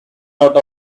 out